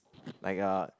like uh